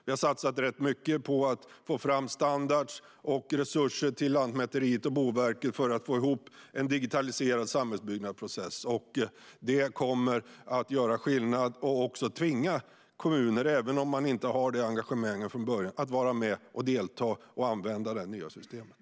Vi har satsat mycket på att få fram standarder och resurser till Lantmäteriet och Boverket för att få ihop en digitaliserad samhällsbyggnadsprocess. Detta kommer att göra skillnad och också tvinga kommuner att vara med och delta och använda det nya systemet, även om de inte har det engagemanget från början.